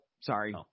sorry